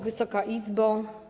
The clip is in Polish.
Wysoka Izbo!